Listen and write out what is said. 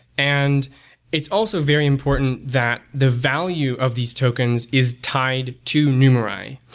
and it's also very important that the value of these tokens is tied to numerai.